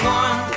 one